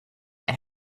and